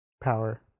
power